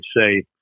say